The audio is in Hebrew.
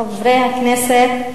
חברי הכנסת,